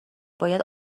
باید